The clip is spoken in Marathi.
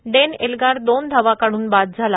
डेन एल्गार दोन धावा काढून बाद झाला